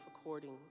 according